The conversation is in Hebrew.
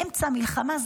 באמצע המלחמה,